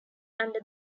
under